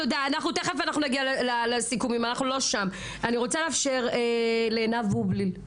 אני רוצה לאפשר לעינב בובליל לדבר.